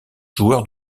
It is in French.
joueur